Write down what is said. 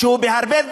שהרבה,